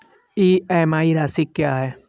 EMI राशि क्या है?